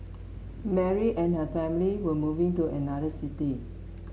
Mary and her family were moving to another city